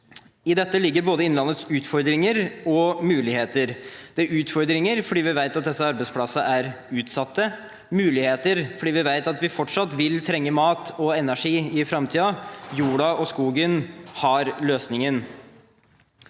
I dette ligger både innlandets utfordringer og muligheter – utfordringer fordi vi vet at disse arbeidsplassene er utsatte, muligheter fordi vi vet at vi fortsatt vil trenge mat og energi i framtiden. Jorden og skogen har løsningene.